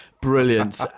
Brilliant